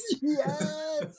Yes